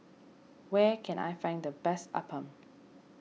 where can I find the best Appam